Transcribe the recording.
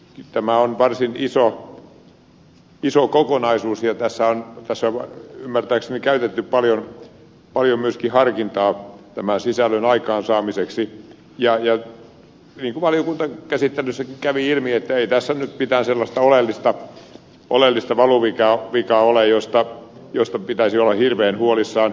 tämä on varsin iso kokonaisuus ja tässä on ymmärtääkseni käytetty paljon myöskin harkintaa tämän sisällön aikaansaamiseksi ja niin kuin valiokuntakäsittelyssäkin kävi ilmi ei tässä nyt mitään sellaista oleellista valuvikaa ole josta pitäisi olla hirveän huolissaan